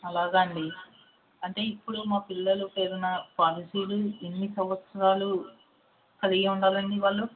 అలాగా అండి అంటే ఇప్పుడు మా పిల్లల పేరున పాలసీలు ఎన్ని సంవత్సరాలు కలిగి ఉండాలండి వాళ్ళు